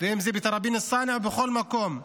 אם זה בתראבין א-צאנע ובכל מקום.